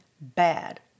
bad